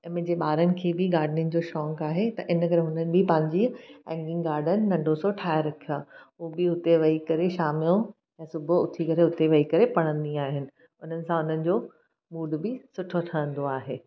मुंहिंजे ॿारनि खे बि गार्डनिंग जो शौक़ु आहे त इन करे हुननि बि पंहिंजी हेंगिंग गार्डन नंढो सो ठाहे रखियो आहे हो बि उते वेही करे शाम जो ऐं सुबुह उथी करे हुते वेही करे पढ़ंदी आहिनि उन्हनि सां उन्हनि मूड बि सुठो ठहंदो आहे